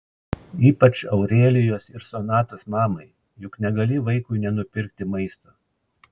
ypač aurelijos ir sonatos mamai juk negali vaikui nenupirkti maisto